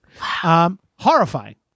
Horrifying